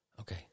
Okay